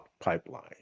pipeline